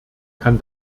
kann